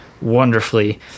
wonderfully